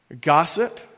Gossip